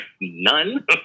none